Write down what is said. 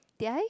did I